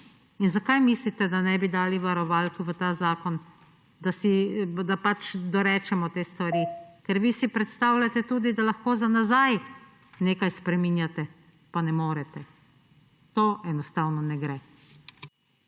In zakaj mislite, da ne bi dali varovalk v ta zakon, da dorečemo te stvari? Ker vi si predstavljate tudi, da lahko za nazaj nekaj spreminjate. Pa ne morete, to enostavno ne gre.